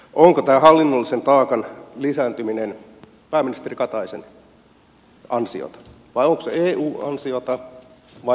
onko tämä hallinnollisen taakan lisääntyminen pääministeri kataisen ansiota vai onko se eun ansiota vai molempien